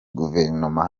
guverinoma